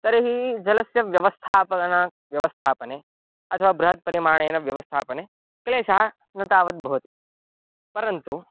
तर्हि जलस्य व्यवस्थापना व्यवस्थापने अथवा बृहत्परिमाणेन व्यवस्थापने क्लेशः न तावद्भवति परन्तु